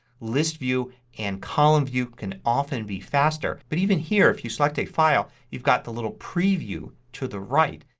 list view and column view can often be faster but even here if you select a file you've got the little preview to the right.